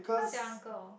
how is your uncle